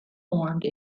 formed